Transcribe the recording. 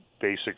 basic